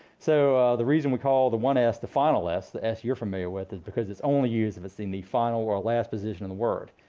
so the reason we call the one s the final s, the s you're familiar with is because it's only used if it's in the final or last position of the word.